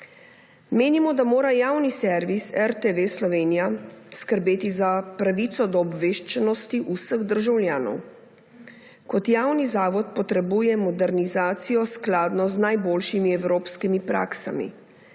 Menimo, da mora javni servis RTV Slovenija skrbeti za pravico do obveščenosti vseh državljanov. Kot javni zavod potrebuje modernizacijo, skladno z najboljšimi evropskimi praksami.